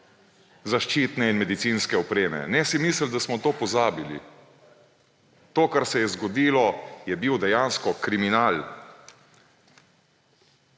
zaščitne in medicinske opreme. Ne si misliti, da smo to pozabili. To, kar se je zgodilo, je bil dejansko kriminal.